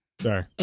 sorry